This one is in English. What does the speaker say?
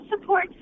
support